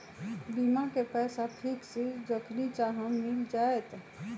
बीमा के पैसा फिक्स जखनि चाहम मिल जाएत?